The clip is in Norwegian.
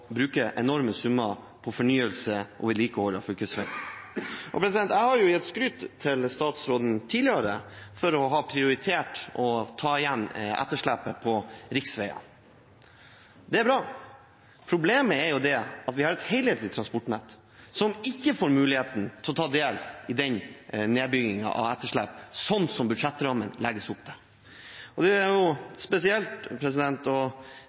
bruke enorme summer på fornyelse og vedlikehold av fylkesveier. Jeg har gitt skryt til statsråden tidligere for å ha prioritert å ta igjen etterslepet på riksveiene. Det er bra. Problemet er at vi har et helhetlig transportnett som ikke får muligheten til å ta del i den reduseringen av etterslepet, slik som budsjettrammen legger opp til. Det er spesielt å